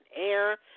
air